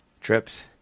Trips